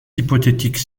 hypothétique